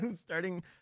starting